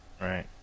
Right